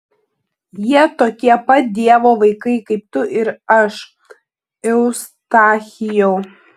jie tokie pat dievo vaikai kaip tu ir aš eustachijau